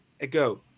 ago